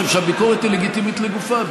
משום שהביקורת היא לגיטימית לגופה.